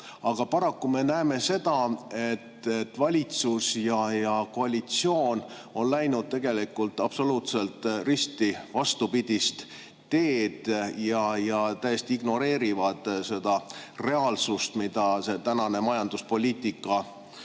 Paraku me näeme seda, et valitsus ja koalitsioon on läinud tegelikult absoluutselt risti vastupidist teed. Nad täiesti ignoreerivad seda reaalsust, mille tänane majanduspoliitika